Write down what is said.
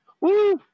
Woo